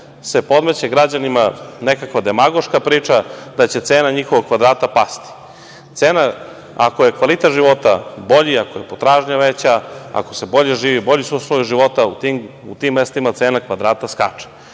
se podmeće građanima nekakva demagoška priča da će cena njihovog kvadrata pasti. Ako je kvalitet života bolji, ako je potražnja veća, ako se bolje živi, bolji su uslovi života u tim mestima, cena kvadrata skače.